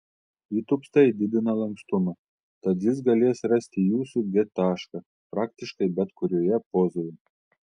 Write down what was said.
įtūpstai didina lankstumą tad jis galės rasti jūsų g tašką praktiškai bet kurioje pozoje